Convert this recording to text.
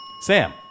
Sam